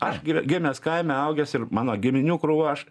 aš gimęs kaime augęs ir mano giminių krūvą aš